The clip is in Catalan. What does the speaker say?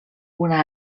una